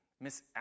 Miss